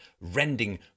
rending